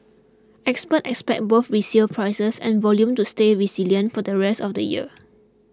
experts expect both resale prices and volume to stay resilient for the rest of the year